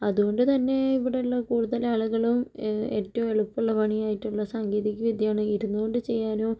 അതുകൊണ്ടുതന്നെ ഇവിടെയുള്ള കൂടുതൽ ആളുകളും ഏറ്റവും എളുപ്പമുള്ള പണിയായിട്ടുള്ള സാങ്കേതികവിദ്യയാണ് ഇരുന്നു കൊണ്ട് ചെയ്യാനും